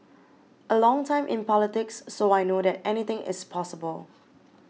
a long time in politics so I know that anything is possible